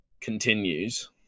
continues